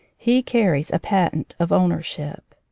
he carries a patent of owner ship.